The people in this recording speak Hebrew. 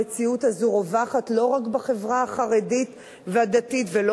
המציאות הזאת רווחת לא רק בחברה החרדית והדתית ולא